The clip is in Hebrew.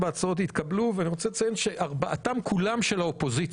מתוכן 4 הצעות התקבלו ואני רוצה לציין שארבעתן כולן של האופוזיציה.